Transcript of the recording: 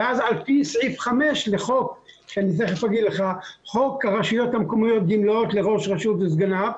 ואז על פי סעיף 5 לחוק הרשויות המקומיות (גמלאות לראש רשות וסגניו),